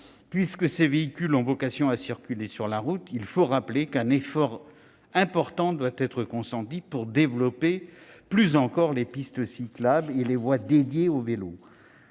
puisque ces véhicules ont vocation à circuler sur la route, il faut rappeler qu'un effort important doit être consenti pour développer plus encore les pistes cyclables et les voies dédiées aux vélos.